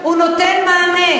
הוא נותן מענה